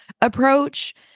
approach